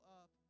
up